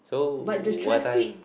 but the traffic